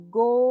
go